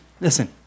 Listen